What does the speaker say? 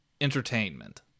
entertainment